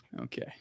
Okay